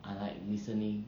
I like listening